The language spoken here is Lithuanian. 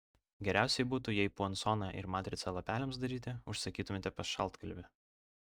geriausiai būtų jei puansoną ir matricą lapeliams daryti užsakytumėte pas šaltkalvį